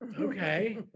Okay